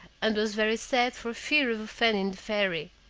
and was very sad for fear of offending the fairy.